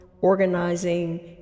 organizing